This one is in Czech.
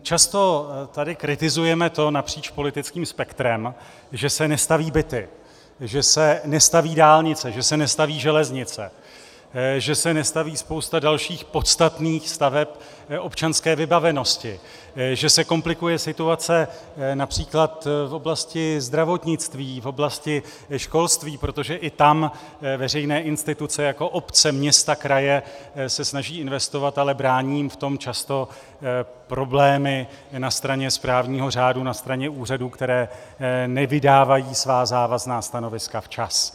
Často tady kritizujeme napříč politickým spektrem to, že se nestaví byty, že se nestaví dálnice, že se nestaví železnice, že se nestaví spousta dalších podstatných staveb občanské vybavenosti, že se komplikuje situace například v oblasti zdravotnictví, v oblasti školství, protože i tam veřejné instituce jako obce, města, kraje se snaží investovat, ale brání jim v tom často problémy na straně správního řádu, na straně úřadů, které nevydávají svá závazná stanoviska včas.